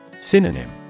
Synonym